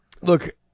look